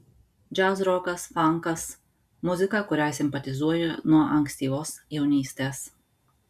džiazrokas fankas muzika kuriai simpatizuoju nuo ankstyvos jaunystės